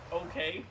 okay